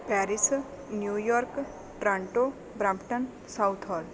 Paris New York Toronto Brampton south hall